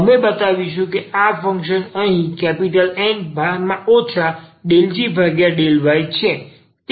અમે બતાવીશું કે આ ફંક્શન અહીં N ∂g∂y છે